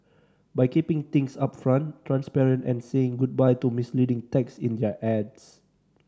by keeping things upfront transparent and saying goodbye to misleading text in their ads